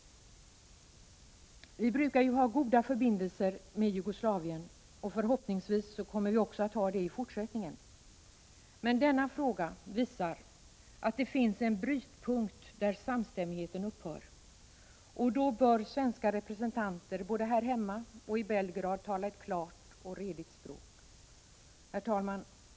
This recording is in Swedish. Vi brukar ha goda förbindelser med Jugoslavien, och förhoppningsvis kommer vi att ha det också i fortsättningen. Men denna fråga visar att det finns en brytpunkt där samstämmigheten upphör. Då bör svenska representanter både här hemma och i Belgrad tala ett klart och redigt språk. Herr talman!